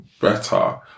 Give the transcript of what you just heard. better